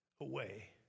away